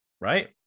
right